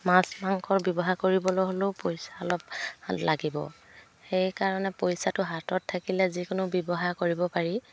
মাছ মাংসৰ ব্যৱসায় কৰিবলৈ হ'লেও পইচা অলপ লাগিব সেইকাৰণে পইচাটো হাতত থাকিলে যিকোনো ব্যৱসায় কৰিব পাৰি